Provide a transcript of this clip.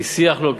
כי שיח לו.